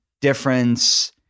difference